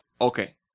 Okay